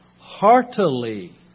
heartily